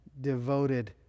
devoted